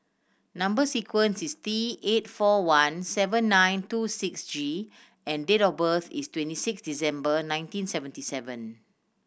number sequence is T eight four one seven nine two six G and date of birth is twenty six December nineteen seventy seven